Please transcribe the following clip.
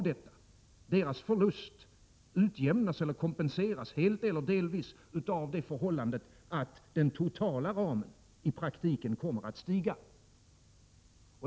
Deras förlust utjämnas eller kompenseras — helt eller delvis — av det förhållandet att den totala ramen i praktiken kommer att vidgas.